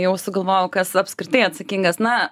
jau sugalvojau kas apskritai atsakingas na